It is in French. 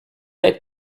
être